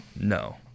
No